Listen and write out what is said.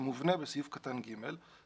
שמובנה בסעיף קטן (ג),